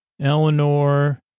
Eleanor